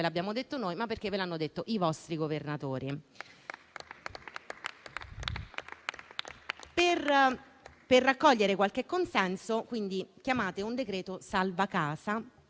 l'abbiamo detto noi, ma perché ve l'hanno detto i vostri governatori. Per raccogliere qualche consenso, quindi, chiamate un decreto salva casa,